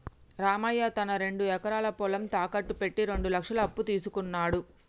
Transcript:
రామయ్య తన రెండు ఎకరాల పొలం తాకట్టు పెట్టి రెండు లక్షల అప్పు తీసుకున్నడు